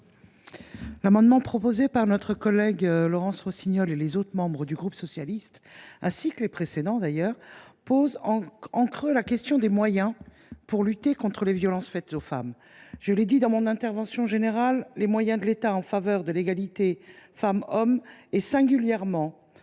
dispositions proposées par notre collègue Laurence Rossignol et les autres membres du groupe socialiste, ainsi que les amendements précédents, d’ailleurs, posent en creux la question des moyens nécessaires pour lutter contre les violences faites aux femmes. Je l’ai dit dans mon intervention générale, les moyens de l’État en faveur de l’égalité femmes hommes, singulièrement